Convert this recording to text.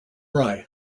rye